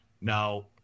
Now